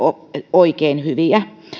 oikein hyviä